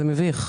זה מביך.